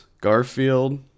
Garfield